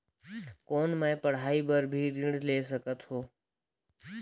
कौन मै पढ़ाई बर भी ऋण ले सकत हो?